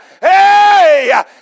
Hey